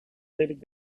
lelijk